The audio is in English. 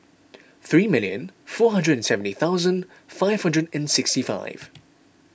three million four hundred and seventy thousand five hundred and sixty five